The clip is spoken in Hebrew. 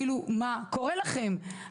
כאילו מה קורה לכם?